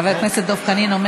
חבר הכנסת דב חנין אומר